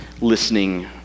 listening